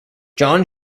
jean